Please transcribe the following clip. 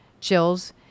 chills